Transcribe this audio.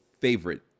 favorite